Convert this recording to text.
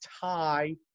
tie